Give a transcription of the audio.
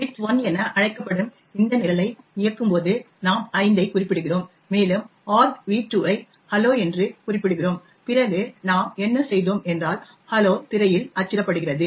விட்த்1 என அழைக்கப்படும் இந்த நிரலை இயக்கும்போது நாம் 5 ஐக் குறிப்பிடுகிறோம் மேலும் argv2 ஐ ஹலோ என்று குறிப்பிடுகிறோம் பிறகு நாம் என்ன செய்தோம் என்றால் ஹலோ திரையில் அச்சிடப்படுகிறது